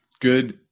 good